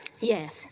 Yes